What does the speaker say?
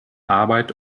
arbeit